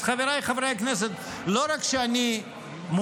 אז, חבריי חברי הכנסת, לא רק שאני מודע.